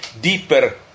deeper